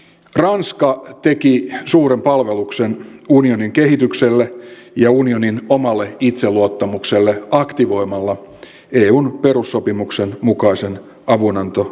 ranska teki suuren palveluksen unionin kehitykselle ja unionin omalle itseluottamukselle aktivoimalla eun perussopimuksen mukaisen avunantomenettelyn